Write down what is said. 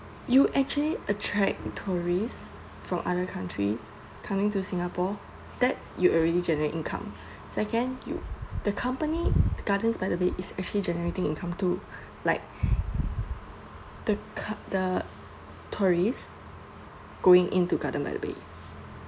you actually attract tourists from other countries coming to singapore that you already generate income second you the company Gardens by the Bay is actually generating income too like the co~ the tourists going into Gardens by the Bay